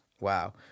Wow